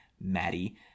Maddie